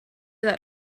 that